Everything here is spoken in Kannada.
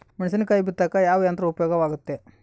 ಮೆಣಸಿನಕಾಯಿ ಬಿತ್ತಾಕ ಯಾವ ಯಂತ್ರ ಉಪಯೋಗವಾಗುತ್ತೆ?